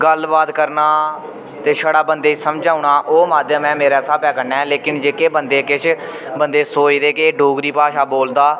गल्लबात करना ते छड़ा बंदे गी समझ औना ओह् माध्यम ऐ मेरे स्हाबै कन्नै लेकिन जेह्के बंदे किश बंदे सोचदे के डोगरी भाशा बोलदा